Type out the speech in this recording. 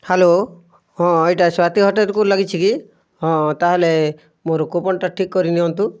hello ହଁ ଏଇଟା ସ୍ୱାତୀ ହୋଟେଲ୍କୁ ଲାଗିଛି କି ହଁ ତାହେଲେ ମୋର କୁପନ୍ଟା ଠିକ କରିନିଅନ୍ତୁ